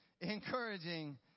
encouraging